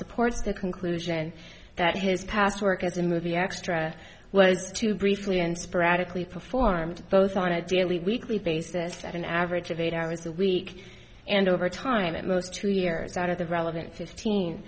supports their conclusion that his past work as a movie extra was too briefly and sporadically performed both on a daily weekly basis and an average of eight hours a week and over time at most two years out of the relevant fifteen